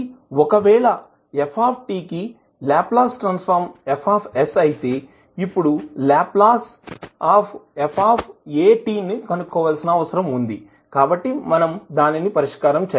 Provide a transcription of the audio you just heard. కాబట్టి ఒకవేళ f కి లాప్లాస్ ట్రాన్సఫర్మ్ F అయితే ఇప్పుడు లాప్లాస్ ఆఫ్ f ని కనుక్కోవలిసిన అవసరం ఉంది కాబట్టి మనం దాని పరిష్కారం చేద్దాం